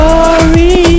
Sorry